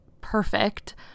perfect